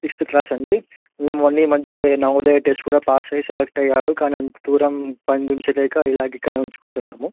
sixth class అండి మొన్న ఈమధ్యే నవోదయ టెస్ట్ కూడా పాస్ అయ్యి సెలెక్ట్ అయ్యాడు కానీ అంత దూరం పంపించలేక ఇలాగా ఇక్కడే ఉంచుకుంటున్నాము